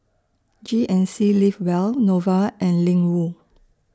G N C Live Well Nova and Ling Wu